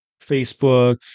Facebook